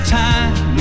time